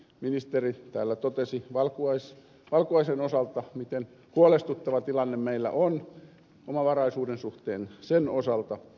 ministeri täällä totesi valkuaisen osalta miten huolestuttava tilanne meillä on omavaraisuuden suhteen sen osalta